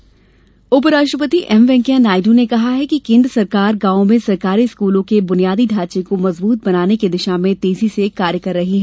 वैंकैया नायड् उपराष्ट्रपति एमवैंकैया नायडू ने कहा है कि केन्द्र सरकार गांवों में सरकारी स्कूलों के बुनियादी ढाँचे को मजबूत बनाने की दिशा में तेजी से प्रयास कर रही है